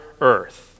earth